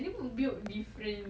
time